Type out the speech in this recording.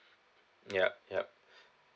ya ya